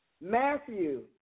Matthew